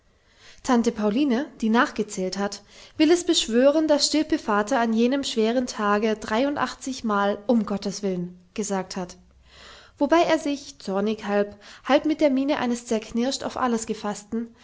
tante pauline die nachgezählt hat will es beschwören daß stilpe vater an jenem schweren tage dreiundachtzig mal umgotteswillen gesagt hat wobei er sich zornig halb halb mit der miene eines zerknirscht auf alles gefaßten